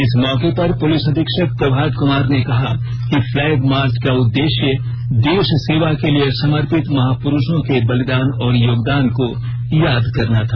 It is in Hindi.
इस मौके पर पुलिस अधीक्षक प्रभात कुमार ने कहा कि फ्लैग मार्च का उददेश्य देश सेवा के लिए समर्पित महापुरूषों के बलिदान और योगदान को याद करना था